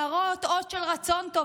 להראות אות של רצון טוב,